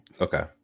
Okay